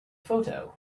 photo